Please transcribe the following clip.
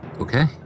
Okay